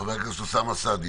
חבר הכנסת אוסאמה סעדי.